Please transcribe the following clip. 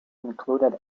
included